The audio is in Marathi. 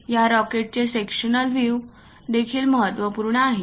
या रॉकेटचे सेक्शनल व्हिव देखील महत्त्वपूर्ण आहे